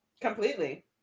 completely